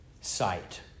sight